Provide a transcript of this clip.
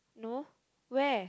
no where